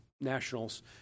nationals